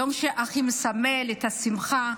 היום שהכי מסמל את השמחה,